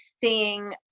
seeing